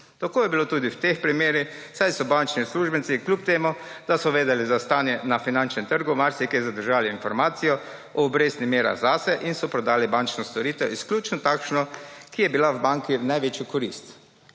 Tako je bilo tudi v teh primerih, saj so bančni uslužbenci, kljub temu da so vedeli za stanje na finančnem trgu, marsikaj zadržali informacijo o obrestnih merah zase in so prodali bančno storitev izključno takšno, ki je bila banki v največjo korist.